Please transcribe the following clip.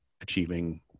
achieving